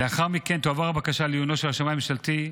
לאחר מכן תועבר הבקשה לעיונו של השמאי הממשלתי.